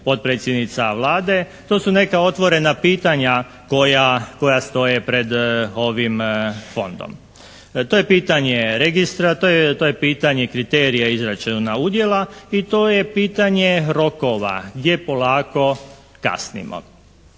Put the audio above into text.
to su neka otvorena pitanja koja stoje pred ovim Fondom. To je pitanje registra, to je pitanje kriterija izračuna udjela i to je pitanje rokova gdje polako kasnimo.